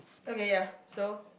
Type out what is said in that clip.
okay ya so